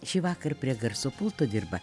šįvakar prie garso pulto dirba